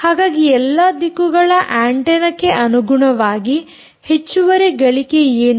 ಹಾಗಾಗಿ ಎಲ್ಲಾ ದಿಕ್ಕುಗಳ ಆಂಟೆನ್ನಕ್ಕೆ ಅನುಗುಣವಾಗಿ ಹೆಚ್ಚುವರಿ ಗಳಿಕೆ ಏನು